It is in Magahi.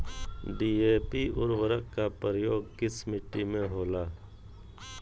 डी.ए.पी उर्वरक का प्रयोग किस मिट्टी में होला?